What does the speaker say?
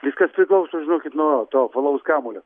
viskas priklauso žinokit nuo to apvalaus kamuolio